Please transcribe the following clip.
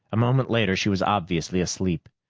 a moment later she was obviously asleep.